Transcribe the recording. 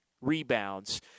rebounds